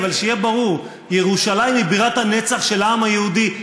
אבל שיהיה ברור: ירושלים היא בירת הנצח של העם היהודי,